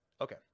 okay